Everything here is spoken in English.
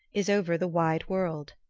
is over the wide world.